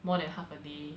more than half a day